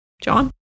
John